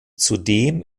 zudem